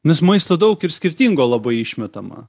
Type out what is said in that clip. nes maisto daug ir skirtingo labai išmetama